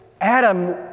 Adam